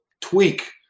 tweak